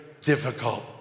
difficult